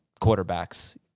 quarterbacks